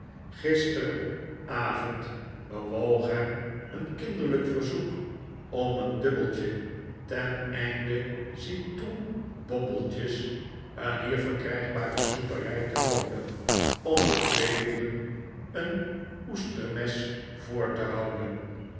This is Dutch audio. gisteravond bewoog hem een kinderlijk verzoek om een dubbeltje ten einde citroen bommetjes een hier verkrijgbare snoeperij te koopen om de tweelingen een oestermes voor te houden